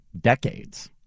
decades